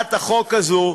בהצעת החוק הזאת,